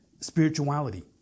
spirituality